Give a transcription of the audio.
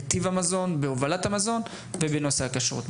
בטיב המזון, בהובלת המזון ובנושא הכשרות.